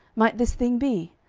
might this thing be?